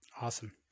Awesome